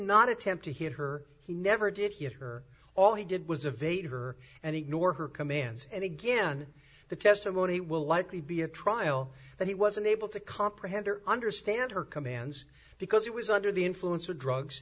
not attempt to hit her he never did hit her all he did was a vague her and ignore her commands and again the testimony will likely be a trial that he was unable to comprehend or understand her commands because it was under the influence of drugs